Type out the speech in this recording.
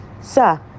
Sir